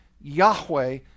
Yahweh